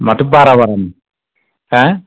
माथो बारा बारा बुङो हो